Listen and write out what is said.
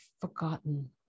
forgotten